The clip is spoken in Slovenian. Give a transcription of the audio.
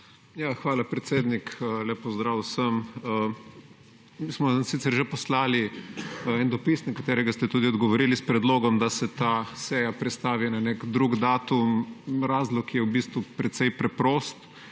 Hvala, predsednik. Lep pozdrav vsem! Smo sicer že poslali en dopis, na katerega ste tudi odgovorili s predlogom, da se ta seja prestavi na nek drug datum. Razlog je v bistvu predej preprost.